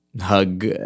hug